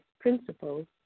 principles